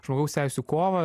žmogaus teisių kovą